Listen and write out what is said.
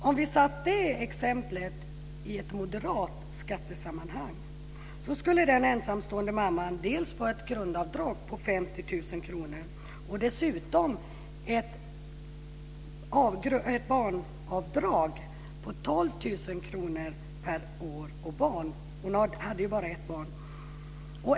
Om vi satte det här exemplet i ett moderat skattesammanhang skulle den ensamstående mamman dels få ett grundavdrag på 50 000 kr, dels ett barnavdrag på 12 000 kr per år och barn. Nu hade hon ju bara ett barn.